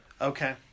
Okay